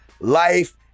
life